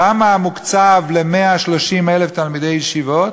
כמה מוקצב ל-130,000 תלמידי ישיבות?